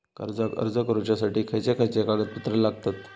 कर्जाक अर्ज करुच्यासाठी खयचे खयचे कागदपत्र लागतत